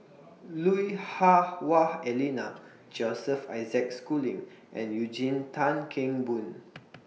Lui Hah Wah Elena Joseph Isaac Schooling and Eugene Tan Kheng Boon